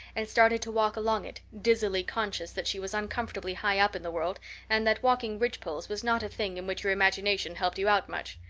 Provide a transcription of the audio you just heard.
and started to walk along it, dizzily conscious that she was uncomfortably high up in the world and that walking ridgepoles was not a thing in which your imagination helped you out much.